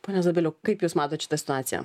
pone zabiliau kaip jūs matot šitą situaciją